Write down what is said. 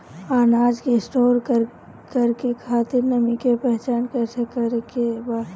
अनाज के स्टोर करके खातिर नमी के पहचान कैसे करेके बा?